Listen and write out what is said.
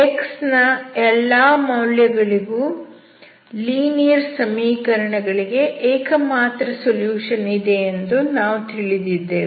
x ನ ಎಲ್ಲಾ ಮೌಲ್ಯಗಳಿಗೂ ಲೀನಿಯರ್ ಸಮೀಕರಣ ಗಳಿಗೆ ಏಕಮಾತ್ರ ಸೊಲ್ಯೂಷನ್ ಇದೆಯೆಂದು ನಾವು ತಿಳಿದಿದ್ದೇವೆ